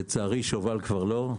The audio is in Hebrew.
לצערי שובל כבר לא.